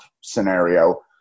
scenario